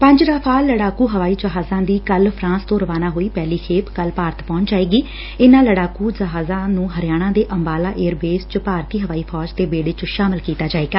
ਪੰਜ ਰਾਫੇਲ ਲੜਾਕੂ ਹਵਾਈ ਜਹਾਜ਼ਾਂ ਦੀ ਕੱਲੂ ਫਰਾਂਸ ਤੋਂ ਰਵਾਨਾ ਹੋਈ ਪਹਿਲੀ ਖੇਪ ਕੱਲ ਭਾਰਤ ਪਹੁੰਚ ਜਾਏਗੀ ਇਨੁਾ ਲਤਾਕੂ ਜਹਾਜ਼ਾ ਨੂੰ ਹਰਿਆਣਾ ਦੇ ਅੰਬਾਲਾ ਏਅਰਬੇਸ ਚ ਭਾਰਤੀ ਹਵਾਈ ਫੌਜ ਦੇ ਬੇੜੇ ਚ ਸ਼ਾਮਲ ਕੀਤਾ ਜਾਏਗਾ